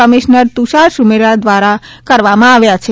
commissioner Tushar Sumera દ્વારા કરવામાં આવ્યા છે